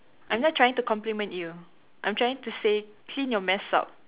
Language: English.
I'm not trying to compliment you I'm trying to say clean your mess up